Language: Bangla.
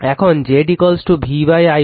এখন Z V i1 R1 j L1